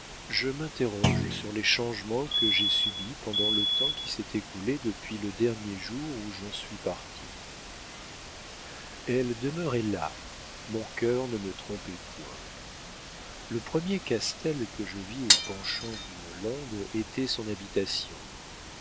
je m'interroge sur les changements que j'ai subis pendant le temps qui s'est écoulé depuis le dernier jour où j'en suis parti elle demeurait là mon cœur ne me trompait point le premier castel que je vis au penchant d'une lande était son habitation